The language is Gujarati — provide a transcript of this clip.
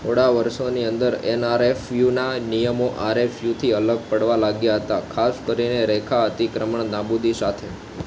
થોડા વર્ષોની અંદર એન આર એફ યુના નિયમો આર એફ યુથી અલગ પડવા લાગ્યા હતા ખાસ કરીને રેખા અતિક્રમણ નાબૂદી સાથે